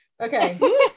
Okay